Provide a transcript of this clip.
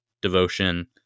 devotion